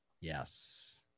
Yes